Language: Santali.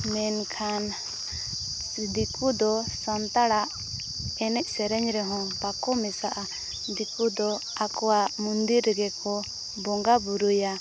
ᱢᱮᱱᱠᱷᱟᱱ ᱫᱤᱠᱩ ᱫᱚ ᱥᱟᱱᱛᱟᱲᱟᱜ ᱮᱱᱮᱡ ᱥᱮᱨᱮᱧ ᱨᱮᱦᱚᱸ ᱵᱟᱠᱚ ᱢᱮᱥᱟᱜᱼᱟ ᱫᱤᱠᱩ ᱫᱚ ᱟᱠᱚᱣᱟᱜ ᱢᱚᱱᱫᱤᱨ ᱨᱮᱜᱮ ᱠᱚ ᱵᱚᱸᱜᱟ ᱵᱩᱨᱩᱭᱟ